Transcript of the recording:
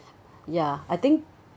ya I think